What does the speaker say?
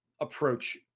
approach